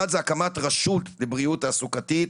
אחד זה הקמת ראשות לבריאות תעסוקתית